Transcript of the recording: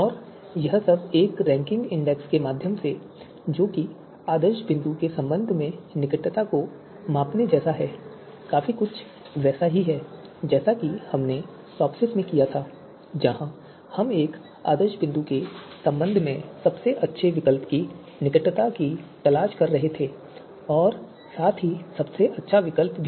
और यह सब एक रैंकिंग इंडेक्स के माध्यम से जो आदर्श बिंदु के संबंध में निकटता को मापने जैसा है काफी कुछ वैसा ही है जैसा हमने टॉपसिस में किया था जहां हम एक आदर्श बिंदु के संबंध में सबसे अच्छे विकल्प की निकटता की तलाश कर रहे थे और साथ ही सबसे अच्छा विकल्प भी